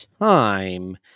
time